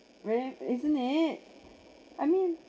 well isn't it I mean